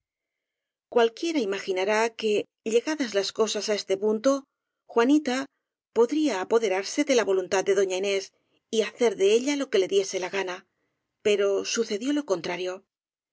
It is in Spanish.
cualquiera imaginará que llegadas las cosas á este punto juanita podría apoderarse de la volun tad de doña inés y hacer de ella jo que le diese la gana pero sucedió lo contrario